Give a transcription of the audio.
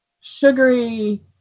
sugary